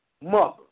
mother